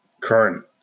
current